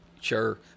Sure